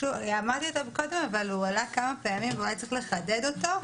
שאמרתי אותו קודם אבל הוא עלה קודם ואולי צריך לחדד אותו.